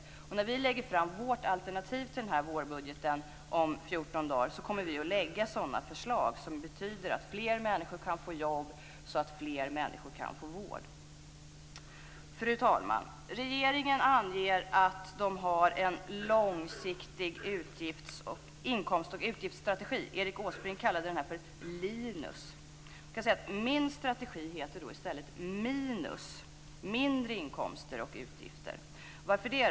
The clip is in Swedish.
När vi om 14 dagar lägger fram vårt alternativ till den här vårbudgeten kommer vi att lägga fram sådana förslag som betyder att fler människor kan få jobb så att fler människor kan få vård. Fru talman! Regeringen anger att den har en långsiktig inkomsts och utgiftsstrategi. Erik Åsbrink kallade den för "linus". Jag kan säga att min strategi i stället heter "minus" - mindre inkomster och utgifter. Varför det?